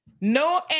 No